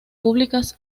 públicas